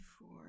four